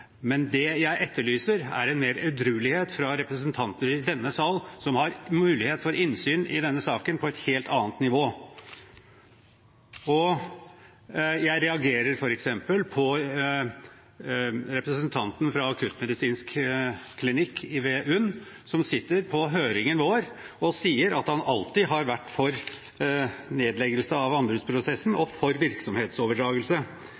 Det jeg etterlyser, er mer edruelighet fra representantene i denne salen, som har mulighet for innsyn i denne saken på et helt annet nivå. Jeg reagerer f.eks. på at representanten fra akuttmedisinsk klinikk ved UNN satt på høringen vår og sa at han alltid har vært for nedleggelse av anbudsprosessen